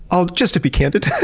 ah just to be candid.